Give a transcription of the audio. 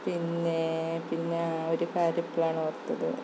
പിന്നേ പിന്നെ ഒരു കാര്യം ഇപ്പോഴാണ് ഓർത്തത്